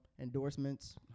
endorsements